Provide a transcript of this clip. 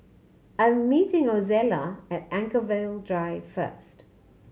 I'm meeting Ozella at Anchorvale Drive first